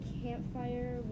campfire